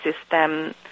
system